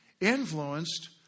influenced